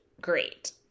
great